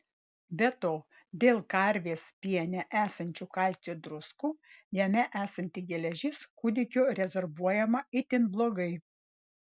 be to dėl karvės piene esančių kalcio druskų jame esanti geležis kūdikio rezorbuojama itin blogai